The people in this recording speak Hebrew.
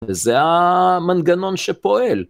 וזה המנגנון שפועל.